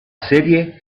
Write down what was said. serie